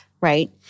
right